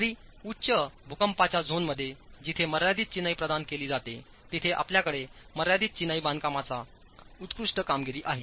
जरी उच्च भूकंपाच्या झोनमध्ये जिथे मर्यादित चिनाई प्रदान केली जाते तेथे आपल्याकडे मर्यादित चिनाईबांधकामाचीउत्कृष्ट कामगिरी आहे